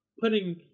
putting